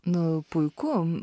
nu puiku